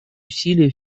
усилия